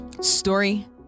Story